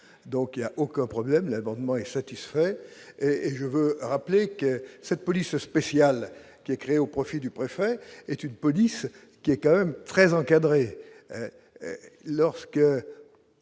donc il y a aucun problème l'abonnement est satisfait et je veux rappeler que cette police spéciale qui écrit au profit du préfet est une police qui est quand même très encadré